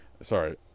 sorry